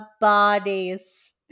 bodies